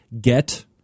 GET